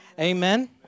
Amen